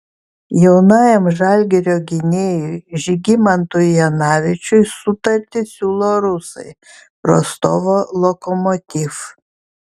jaunajam žalgirio gynėjui žygimantui janavičiui sutartį siūlo rusai rostovo lokomotiv